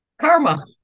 Karma